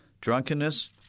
drunkenness